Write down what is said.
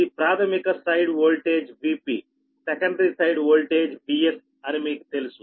ఇది ప్రాధమిక side voltage Vp secondary side voltage Vs అని మీకు తెలుసు